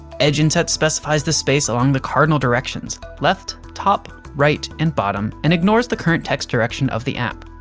edgeinsets specifies the space along the cardinal directions left, top, right, and bottom and ignores the current text direction of the app.